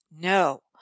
No